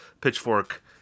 Pitchfork